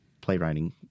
playwriting